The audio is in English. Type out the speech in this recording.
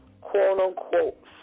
quote-unquote